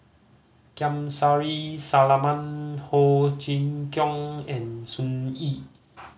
Kamsari Salam Ho Chee Kong and Sun Yee